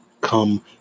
come